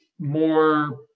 more